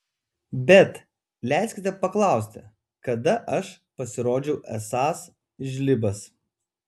bet leiskite paklausti kada aš pasirodžiau esąs žlibas